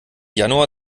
januar